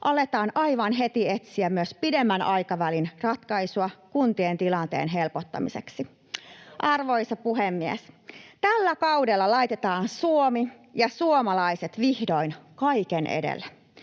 aletaan aivan heti etsiä myös pidemmän aikavälin ratkaisua kuntien tilanteen helpottamiseksi. Arvoisa puhemies! Tällä kaudella laitetaan Suomi ja suomalaiset vihdoin kaiken edelle,